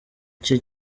cye